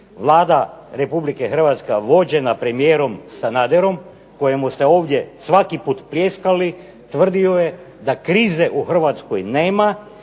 Vlada Republike Hrvatske vođena premijerom Sanaderom kojemu ste ovdje svaki put pljeskali, tvrdio je da krize u Hrvatskoj nema,